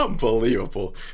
Unbelievable